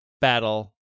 battle